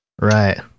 right